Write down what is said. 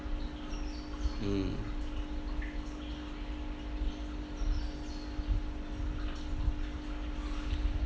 mm